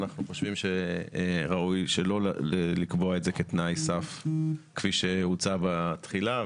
אנחנו חושבים שראוי שלא לקבוע את זה כתנאי סף כפי שהוצע בתחילה.